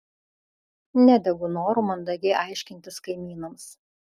nedegu noru mandagiai aiškintis kaimynams